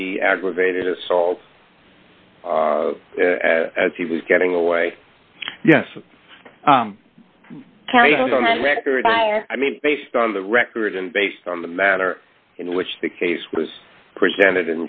the aggravated assault as he was getting away yes i mean based on the record and based on the matter in which the case was presented